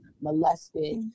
molested